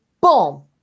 boom